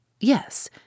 Yes